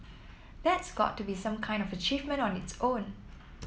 that's got to be some kind of achievement on its own